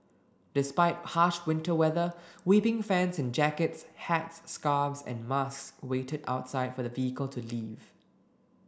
despite harsh winter weather weeping fans in jackets hats scarves and masks waited outside for the vehicle to leave